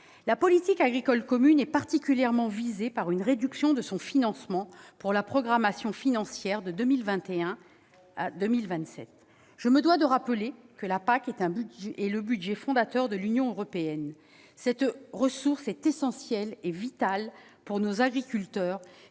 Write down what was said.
La politique agricole commune est particulièrement visée par une réduction de son financement dans le cadre de la programmation financière pour 2021-2027. Je me dois de rappeler que la PAC est le budget fondateur de l'Union européenne. Cette ressource est essentielle, vitale pour nos agriculteurs,